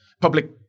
public